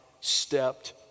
stepped